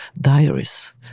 diaries